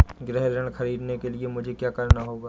गृह ऋण ख़रीदने के लिए मुझे क्या करना होगा?